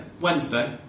Wednesday